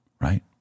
right